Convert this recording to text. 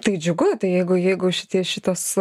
tai džiugu tai jeigu jeigu šitie šitas